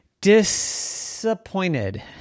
disappointed